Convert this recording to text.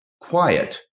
quiet